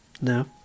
No